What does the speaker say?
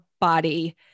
body